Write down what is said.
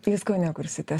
jūs kaune kursitės